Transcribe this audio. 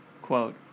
Quote